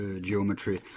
geometry